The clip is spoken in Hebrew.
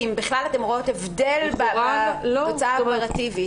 והאם בכלל אתן רואות הבדל בתוצאה האופרטיבית?